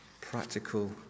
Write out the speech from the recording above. practical